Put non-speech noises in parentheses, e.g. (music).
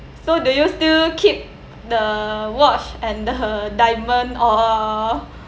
so do you still keep the watch and the (laughs) diamond orh